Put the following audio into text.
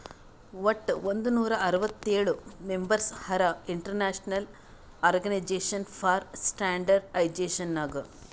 ವಟ್ ಒಂದ್ ನೂರಾ ಅರ್ವತ್ತೋಳ್ ಮೆಂಬರ್ಸ್ ಹರಾ international organization for standardization Nag